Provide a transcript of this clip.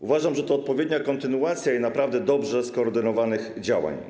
Uważam, że to odpowiednia kontynuacja naprawdę dobrze skoordynowanych działań.